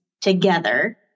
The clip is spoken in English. together